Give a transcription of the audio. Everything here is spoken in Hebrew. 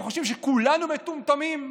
אתם חושבים שכולנו מטומטמים?